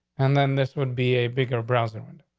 and then this would be a bigger president. and